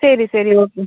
சரி சரி ஓகேங்க